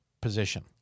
position